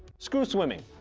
screw swimming,